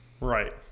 Right